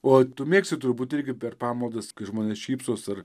o tu mėgsti turbūt irgi per pamaldas kai žmonės šypsos ar